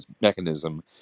mechanism